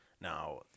Now